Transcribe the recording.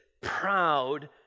proud